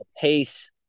pace